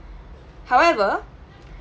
however